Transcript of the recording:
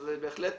אז בהחלט